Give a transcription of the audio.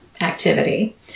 activity